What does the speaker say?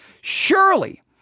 Surely